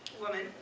woman